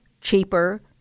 cheaper